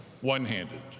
one-handed